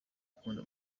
ukunda